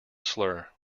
slur